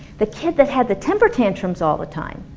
the kid that had the temper tantrums all the time